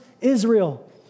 Israel